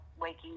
waking